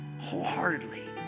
wholeheartedly